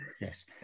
Yes